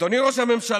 אדוני ראש הממשלה,